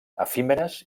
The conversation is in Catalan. efímeres